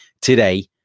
today